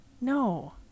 No